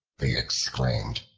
they exclaimed,